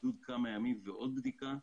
בידוד של כמה ימים ועוד בדיקה.